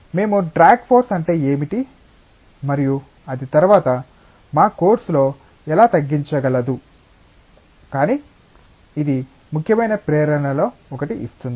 మేము drag force అంటే ఏమిటి మరియు అది తరువాత మా కోర్సులో ఎలా తగ్గించగలదు కానీ ఇది ముఖ్యమైన ప్రేరణలలో ఒకటి ఇస్తుంది